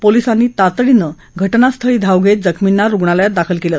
पोलीसांनी तातडीनं घटनास्थळी धाव घेत जखमींना रुग्णालयात दाखल केलं